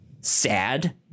sad